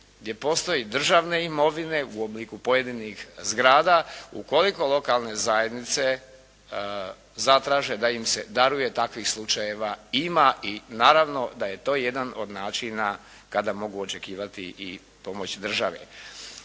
gdje postoji državne imovine u obliku pojedinih zgrada, ukoliko lokalne zajednice zatraže da im se daruje, takvih slučajeva ima i naravno da je to jedan od načina kada mogu očekivati i pomoć države.